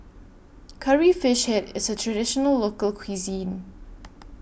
Curry Fish Head IS A Traditional Local Cuisine